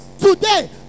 today